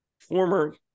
former